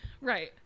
Right